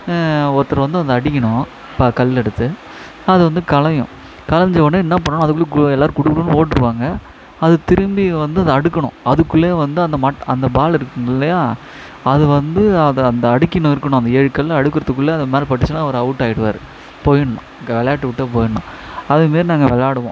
ஒருத்தர் வந்து அதை அடிக்கணும் ப கல் எடுத்து அது வந்து களையும் களைஞ்ச உடனே என்னா பண்ணுணும் அதுக்குள்ளே கு எல்லாேரும் குடுகுடுன்னு ஓடிருவாங்க அது திரும்பி வந்து அதை அடுக்கணும் அதுக்குள்ளேயே வந்து அந்த மட் அந்த பால் இருக்கும் இல்லையா அது வந்து அதை அந்த அடுக்கினு இருக்கணும் அந்த ஏழு கல் அடுக்குறதுக்குள்ளே அதுமேலே பட்டுச்சுனா அவர் அவுட் ஆகிடுவாரு போய்விட்ணும் க விளையாட்ட விட்டே போய்விட்ணும் அதுமாரி நாங்கள் விளாடுவோம்